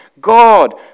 God